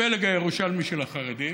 הפלג הירושלמי של החרדים,